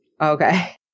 Okay